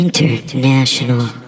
International